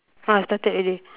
ah started already